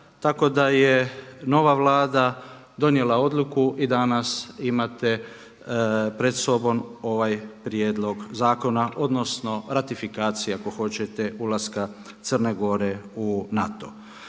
tako da je nova Vlada donijela odluku i danas imate pred sobom ovaj prijedlog zakona odnosno ratifikacija ako hoćete ulaska Crne Gore u NATO.